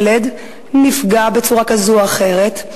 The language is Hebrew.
ילד נפגע בצורה כזאת או אחרת,